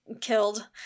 killed